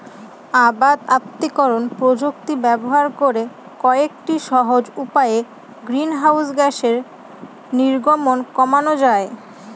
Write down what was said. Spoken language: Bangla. অবাত আত্তীকরন প্রযুক্তি ব্যবহার করে কয়েকটি সহজ উপায়ে গ্রিনহাউস গ্যাসের নির্গমন কমানো যায়